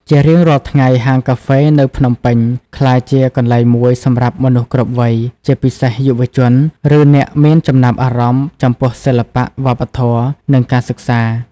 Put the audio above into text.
ជារៀងរាល់ថ្ងៃហាងកាហ្វេនៅភ្នំពេញក្លាយជាកន្លែងមួយសម្រាប់មនុស្សគ្រប់វ័យ ជាពិសេសយុវជន ឬអ្នកមានចំណាប់អារម្មណ៍ចំពោះសិល្បៈ វប្បធម៌ និងការសិក្សា។